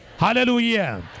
Hallelujah